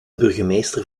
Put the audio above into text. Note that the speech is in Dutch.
burgemeester